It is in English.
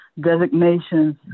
designations